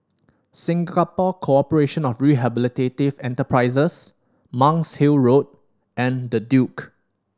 Singapore Corporation of Rehabilitative Enterprises Monk's Hill Road and The Duke